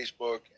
Facebook